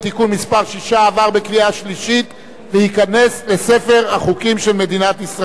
מס' 6) עברה בקריאה שלישית ותיכנס לספר החוקים של מדינת ישראל.